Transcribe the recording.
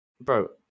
Bro